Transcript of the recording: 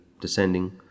descending